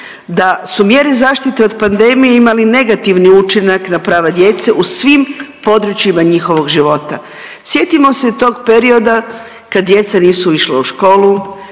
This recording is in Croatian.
da su mjere zaštite od pandemije imali negativni učinak na prava djece u svim područjima njihovog života. Sjetimo se tog perioda kad djeca nisu išla u školu,